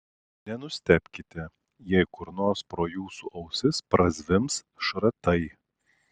nenustebkite jei kur nors pro jūsų ausis prazvimbs šratai